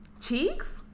Cheeks